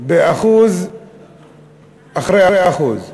1% אחרי 1%;